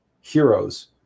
heroes